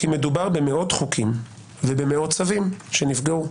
מדובר במאות חוקים ובמאות צווים שנפגעו.